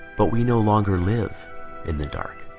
but we no longer live in the dark